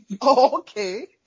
okay